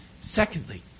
Secondly